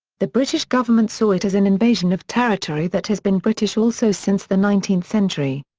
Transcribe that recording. the british government saw it as an invasion of territory that has been british also since the nineteenth century.